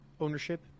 ownership